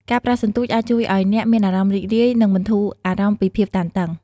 ការប្រើសន្ទូចអាចជួយឲ្យអ្នកមានអារម្មណ៍រីករាយ និងបន្ធូរអារម្មណ៍ពីភាពតានតឹង។